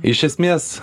iš esmės